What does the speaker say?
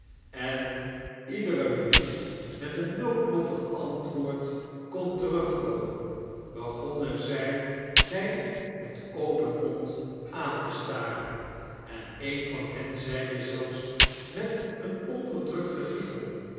weg waseniedere minuut met een noodlottig antwoord kon terugkomen begonnen zij mij met open mond aan te staren en een van hen zeide zelfs met een onderdrukt